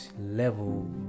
level